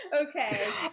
Okay